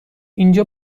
اینجا